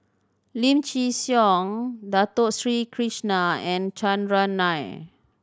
Lim Chin Siong Dato Sri Krishna and Chandran Nair